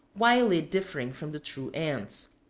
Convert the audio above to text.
widely differing from the true ants.